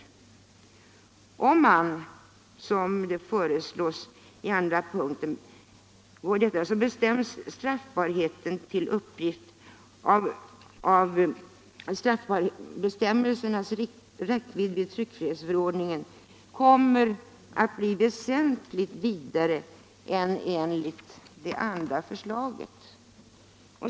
Om man såsom enligt lagrådets förslag i brottsbalken 19:7 andra punkten bestämmer straffbarheten till uppgifter av förstnämnda karaktär kommer straffbestämmelsernas räckvidd enligt tryckfrihetsförordningen att bli betydligt större än enligt det andra förslaget.